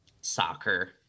soccer